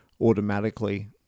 automatically